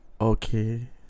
Okay